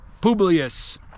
Publius